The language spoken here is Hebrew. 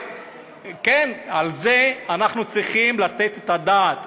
וכן, על זה אנחנו צריכים לתת את הדעת.